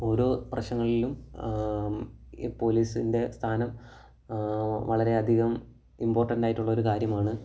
ഓരോ പ്രശ്നങ്ങളിലും ഈ പോലീസിൻ്റെ സ്ഥാനം വളരെയധികം ഇമ്പോർട്ടൻറ്റായിട്ടുള്ളൊരു കാര്യമാണ്